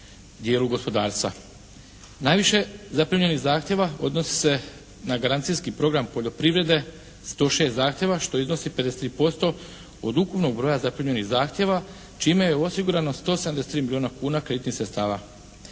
Najviše zaprimljenih zahtjeva odnosi se na garancijski program poljoprivrede, 106 zahtjeva, što iznosi 53% od ukupnog broja zaprimljenih zahtjeva čime je osigurano 173 milijuna kuna kreditnih sredstava.